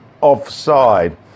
offside